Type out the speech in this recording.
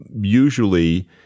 usually